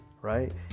right